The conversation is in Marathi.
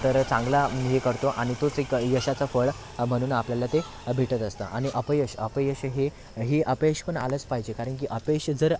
तर चांगला हे करतो आणि तोच एक यशाचा फळ म्हणून आपल्याला ते भेटत असतं आणि अपयश अपयश हे ही अपयश पण आलंच पाहिजे कारण की अपयश जर